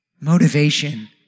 Motivation